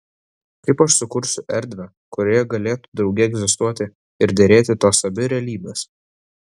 kaip aš sukursiu erdvę kurioje galėtų drauge egzistuoti ir derėti tos abi realybės